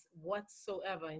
whatsoever